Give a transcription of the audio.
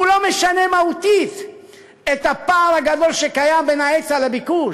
הוא לא משנה מהותית את הפער הגדול שקיים בין ההיצע לביקוש.